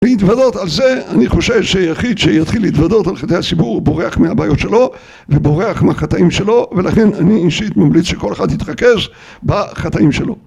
להתוודות על זה, אני חושב שיחיד שיתחיל להתוודות על חטאי הציבור בורח מהבעיות שלו, ובורח מהחטאים שלו, ולכן אני אישית ממליץ שכל אחד יתרכז בחטאים שלו